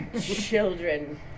Children